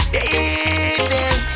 Baby